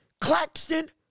Claxton